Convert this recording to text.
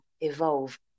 evolve